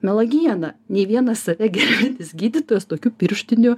melagiena nei vienas save gerbiantis gydytojas tokių pirštinių